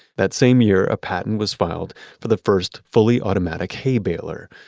that same year, a patent was filed for the first fully automatic hay baler.